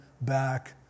back